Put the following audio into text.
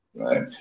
Right